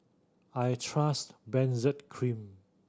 I trust Benzac Cream